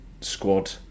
squad